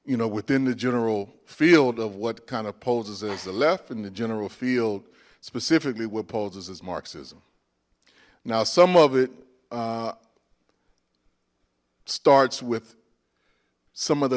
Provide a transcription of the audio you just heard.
you know within the general field of what kind of poses as the left in the general field specifically will poses as marxism now some of it starts with some of the